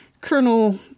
Colonel